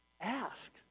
ask